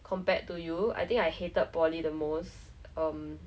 then I actually after that in poly I joined the dragon boat team then